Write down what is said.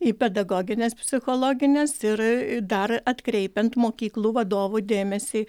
į pedagogines psichologines ir dar atkreipiant mokyklų vadovų dėmesį